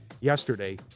yesterday